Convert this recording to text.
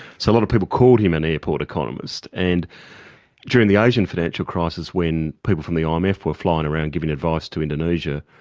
so a lot of people called him and an airport economist and during the asian financial crisis when people from the um imf were flying around giving advice to indonesia,